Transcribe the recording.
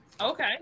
okay